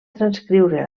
transcriure